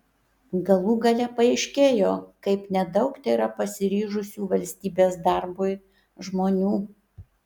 galų gale paaiškėjo kaip nedaug tėra pasiryžusių valstybės darbui žmonių